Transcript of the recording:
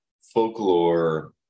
folklore